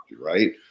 right